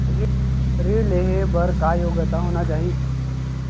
ऋण लेहे बर का योग्यता होना चाही?